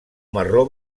marró